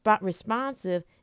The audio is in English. responsive